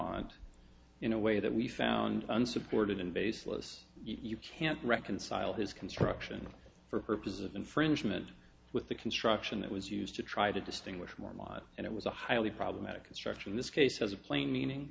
mont in a way that we found unsupported in baseless you can't reconcile his construction for purposes of infringement with the construction that was used to try to distinguish more mine and it was a highly problematic construction in this case as a plain meaning